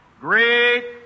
Great